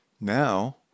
Now